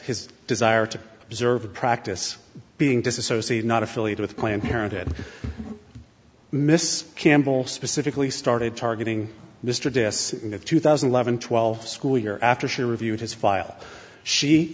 his desire to preserve a practice being disassociated not affiliated with planned parenthood miss campbell specifically started targeting mr davis in the two thousand and eleven twelve school year after she reviewed his file she